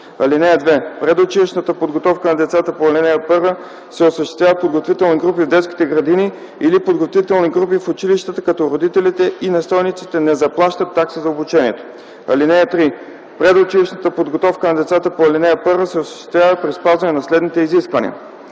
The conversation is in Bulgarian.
(2) Предучилищната подготовка на децата по ал. 1 се осъществява в подготвителни групи в детските градини или подготвителни групи в училищата, като родителите и настойниците не заплащат такса за обучението. (3) Предучилищната подготовка на децата по ал. 1 се осъществява при спазване на следните изисквания: